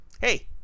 Hey